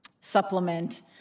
supplement